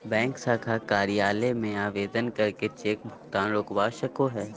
bank शाखा कार्यालय में आवेदन करके चेक भुगतान रोकवा सको हय